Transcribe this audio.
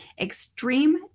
Extreme